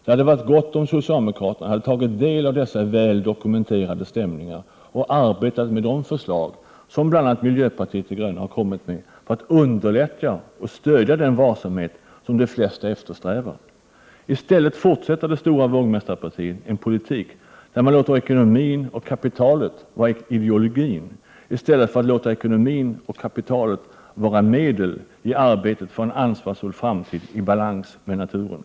Det hade varit gott om socialdemokraterna hade tagit del av dessa väl dokumenterade stämningar och arbetat med de förslag som bl.a. miljöpartiet de gröna har kommit med för att underlätta och stödja den varsamhet som de flesta eftersträvar. Det stora vågmästarpartiet fortsätter en politik, där man låter ekonomin och kapitalet och ideologin styra i stället för att låta ekonomin och kapitalet vara medel i arbetet för en ansvarsfull framtid i balans med naturen.